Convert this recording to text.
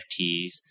NFTs